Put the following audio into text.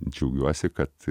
džiaugiuosi kad